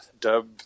dub